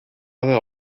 other